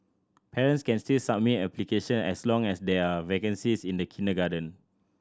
parents can still submit application as long as there are vacancies in the kindergarten